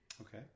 Okay